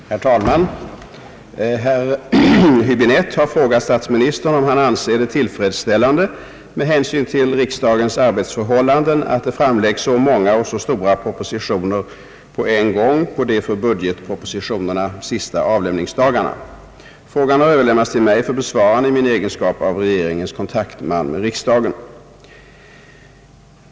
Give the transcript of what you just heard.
Herr talman! Herr Höbinette har frågat statsministern om han anser det tillfredsställande med hänsyn till riks dagens arbetsförhållanden att det framläggs så många och så stora propositioner på en gång på de för budgetpropositionerna sista avlämningsdagarna. Frågan har överlämnats till mig för besvarande i min egenskap av regeringens kontaktman med riksdagen.